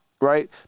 right